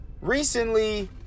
Recently